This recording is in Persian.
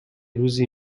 روزی